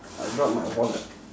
I drop my wallet